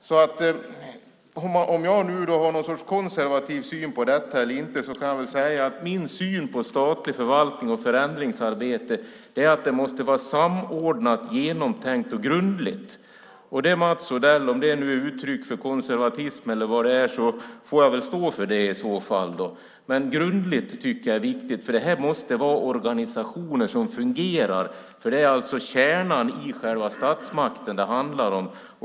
Oavsett om jag har någon sorts konservativ syn på detta eller inte kan jag väl säga att min syn på statlig förvaltning och förändringsarbete är att det måste vara samordnat, genomtänkt och grundligt. Om det, Mats Odell, är uttryck för konservatism eller vad det är får jag väl stå för det i så fall. Men "grundligt" tycker jag är viktigt, för det här måste vara organisationer som fungerar. Det är kärnan i själva statsmakten det handlar om.